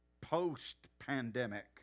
post-pandemic